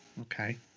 Okay